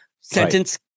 Sentence